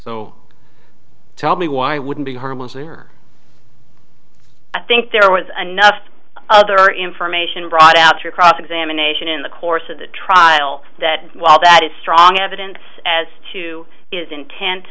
so tell me why wouldn't be harmlessly or i think there was enough other information brought out your cross examination in the course of the trial that while that is strong evidence as to his